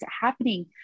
happening